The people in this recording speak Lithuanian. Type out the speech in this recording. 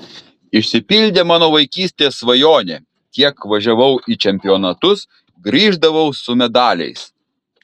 išsipildė mano vaikystės svajonė kiek važiavau į čempionatus grįždavau su medaliais